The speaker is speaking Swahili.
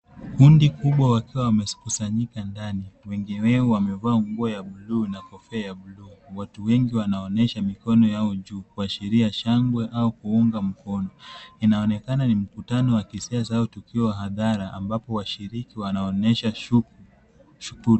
Kundi kubwa wakiwa wamekusanyika ndani, wengi wao wakiwa wamevalia nguo ya buluu na kofia ya buluu. Watu wengi wanaonyesha mikono yao juu, kuashiria shangwe au kuunga mkono. Inaonekana ni mkutano wa kisiasa au tukio hadhara ambapo washiriki wanaonyesha shukuru.